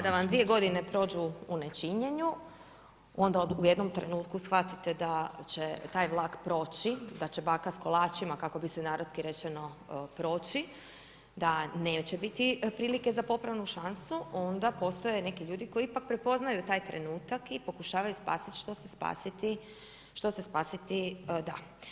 Da, kada vam 2 g. prođu o nečinjenju, onda u jednom trenutku shvatite da će taj vlak proći, da će baka s kolačima, kako bi se narodski rečeno proći, da neće biti prilike za popravnu šansu, onda postoje neki ljudi koji ipak prepoznaju taj trenutak i pokušavaju spasiti što se spasiti da.